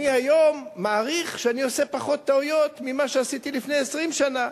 אני היום מעריך שאני עושה פחות טעויות ממה שעשיתי לפני 20 שנה.